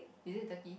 is it turkey